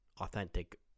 authentic